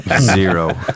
Zero